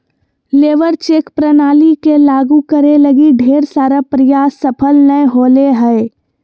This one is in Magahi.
लेबर चेक प्रणाली के लागु करे लगी ढेर सारा प्रयास सफल नय होले हें